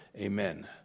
Amen